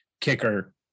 kicker